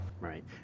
Right